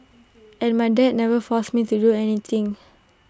and my dad never forced me to do anything